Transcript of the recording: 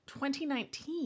2019